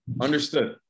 Understood